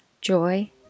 Joy